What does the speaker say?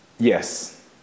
yes